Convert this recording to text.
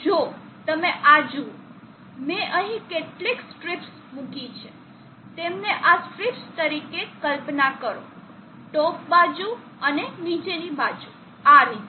તો જો તમે આ જુઓ મેં અહીં કેટલીક સ્ટ્રિપ્સ મુકી છે તેમને આ સ્ટ્રીપ્સ તરીકે કલ્પના કરો ટોપ બાજુ અને નીચે બાજુ આ રીતે